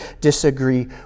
disagree